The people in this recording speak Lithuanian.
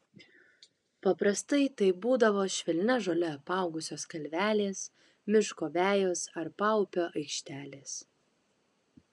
paprastai tai būdavo švelnia žole apaugusios kalvelės miško vejos ar paupio aikštelės